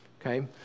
okay